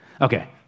Okay